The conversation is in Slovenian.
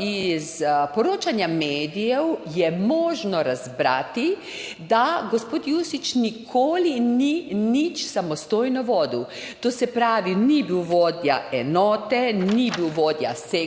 iz poročanja medijev je možno razbrati, da gospod Jušić nikoli ni ničesar samostojno vodil. To se pravi, ni bil vodja enote, ni bil vodja sektorja,